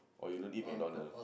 oh you don't eat MacDonald's